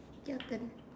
your turn